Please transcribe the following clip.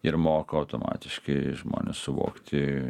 ir moko automatiški žmones suvokti